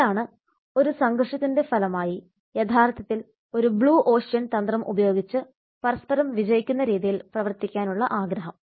ഇതാണ് ഒരു സംഘർഷത്തിന്റെ ഫലമായി യഥാർത്ഥത്തിൽ ഒരു ബ്ലൂ ഓഷ്യൻ തന്ത്രം ഉപയോഗിച്ച് പരസ്പരം വിജയിക്കുന്ന രീതിയിൽ പ്രവർത്തിക്കാനുള്ള ആഗ്രഹം